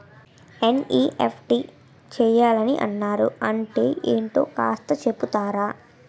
NEFT చేయాలని అన్నారు అంటే ఏంటో కాస్త చెపుతారా?